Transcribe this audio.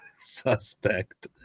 suspect